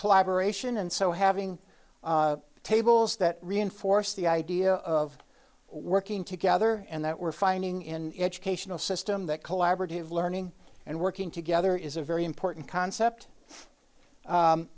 collaboration and so having tables that reinforce the idea of working together and that we're finding in educational system that collaborative learning and working together is a very important concept